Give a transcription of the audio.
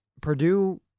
Purdue